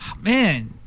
Man